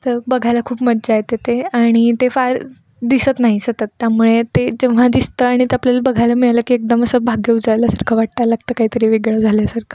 तर बघायला खूप मजा येते ते आणि ते फार दिसत नाही सतत त्यामुळे ते जेव्हा दिसतं आणि ते आपल्याला बघायला मिळालं की एकदम असं भाग्य उजळल्यासारखं वाटायला लागतं काहीतरी वेगळं झाल्यासारखं